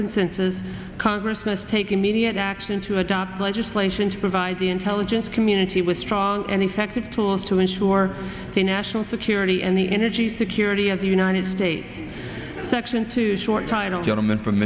consensus congress take immediate action to adopt legislation to provide the intelligence community with strong and effective tools to ensure the national security and the energy security of the united states section two short time gentleman from